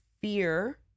fear